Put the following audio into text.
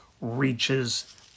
Reaches